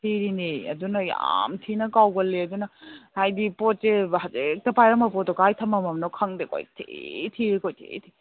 ꯊꯤꯔꯤꯅꯦ ꯑꯗꯨꯅ ꯌꯥꯝ ꯊꯤꯅ ꯀꯥꯎꯒꯜꯂꯦ ꯑꯗꯨꯅ ꯍꯥꯏꯗꯤ ꯄꯣꯠꯁꯦ ꯍꯧꯖꯤꯛꯇ ꯄꯥꯏꯔꯝꯕ ꯄꯣꯠꯇꯣ ꯀꯥꯏ ꯊꯝꯃꯝꯃꯕꯅꯣ ꯈꯪꯗꯦ ꯀꯣꯏꯊꯤ ꯊꯤ ꯀꯣꯏꯊꯤ ꯊꯤ